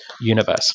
universe